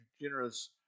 generous